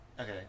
okay